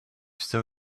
still